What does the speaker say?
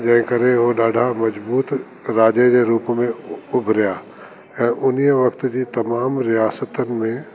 जंहिं करे उहे ॾाढा मज़बूत राजा जे रूप में उभिरिया ऐं उन्हीअ वक़्तु जी तमामु रियासतनि में